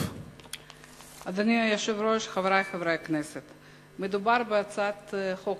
הצעת חוק פ/1511, הצעת חוק